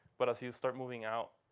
but as you start moving out,